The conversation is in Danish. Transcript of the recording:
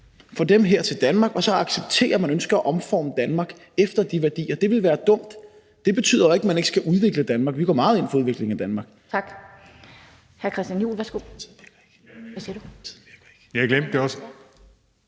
får dem her til Danmark og så accepterer, at nogen ønsker at omforme Danmark efter de værdier. Det ville være dumt. Det betyder jo ikke, at man ikke skal udvikle Danmark. Vi går meget ind for udviklingen af Danmark. Kl. 19:41 Den fg. formand